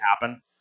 happen